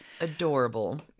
adorable